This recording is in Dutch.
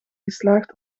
geslaagd